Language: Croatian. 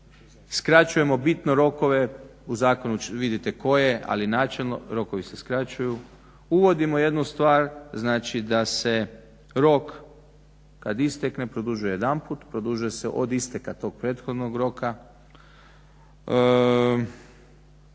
Skraćujemo bitno rokove u zakonu vidite koje, ali načelno rokovi se skraćuju. Uvodimo jednu stvar, znači da se rok kad istekne produžuje jedanput, produžuje se od isteka tog prethodnog roka.